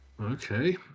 okay